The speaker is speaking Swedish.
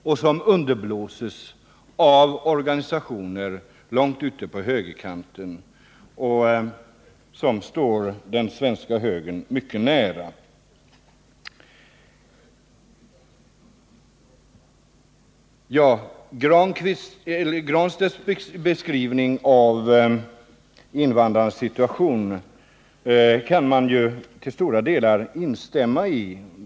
Detta underblåses av organisationer långt ute på högerkanten, vilka står den svenska högern mycket nära. Pär Granstedts beskrivning av invandrarnas situation kan man till stora delar instämma i.